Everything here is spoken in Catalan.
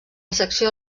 secció